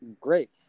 great